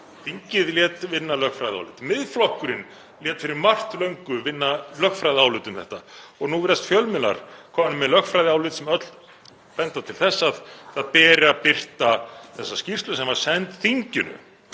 þingið lét vinna lögfræðiálit, Miðflokkurinn lét fyrir margt löngu vinna lögfræðiálit um þetta og nú virðast fjölmiðlar komnir með lögfræðiálit sem öll benda til þess að það beri að birta þessa skýrslu sem var send þinginu,